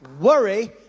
Worry